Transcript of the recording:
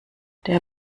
der